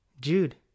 Jude